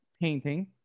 painting